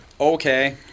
Okay